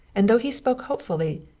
and though he spoke hopefully,